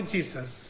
Jesus